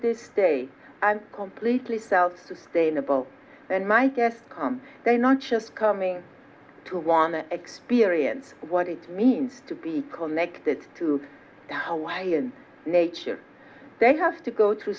this day and completely self sustainable and my guests come they not just coming to want to experience what it means to be connected to a lion nature they have to go t